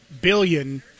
billion